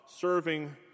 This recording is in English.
serving